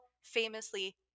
famously